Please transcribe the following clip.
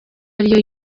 ariyo